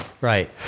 right